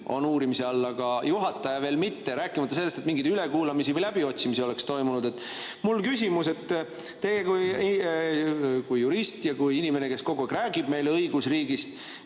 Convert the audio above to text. on uurimise all, aga juhataja veel mitte, rääkimata sellest, et mingeid ülekuulamisi või läbiotsimisi oleks toimunud. Mul on küsimus: teie kui jurist ja kui inimene, kes kogu aeg räägib meile õigusriigist,